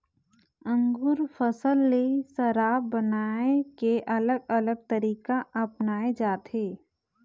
अंगुर फसल ले शराब बनाए के अलग अलग तरीका अपनाए जाथे